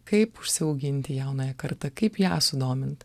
kaip užsiauginti jaunąją kartą kaip ją sudomint